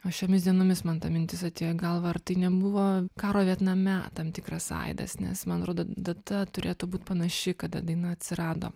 o šiomis dienomis man ta mintis atėjo į galvą ar tai nebuvo karo vietname tam tikras aidas nes man rodo data turėtų būt panaši kada daina atsirado